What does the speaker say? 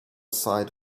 side